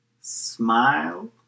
smile